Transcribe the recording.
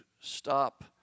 stop